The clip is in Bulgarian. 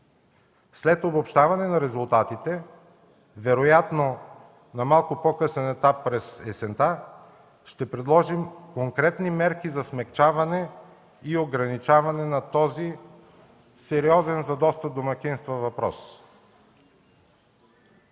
След обобщаване на резултатите, вероятно на малко по-късен етап – през есента, ще предложим конкретни мерки за смекчаване и ограничаване на този сериозен за доста домакинства въпрос.